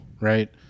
Right